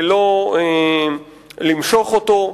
ולא למשוך אותו.